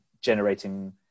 generating